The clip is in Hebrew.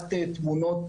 בקבלת תלונות